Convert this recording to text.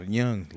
young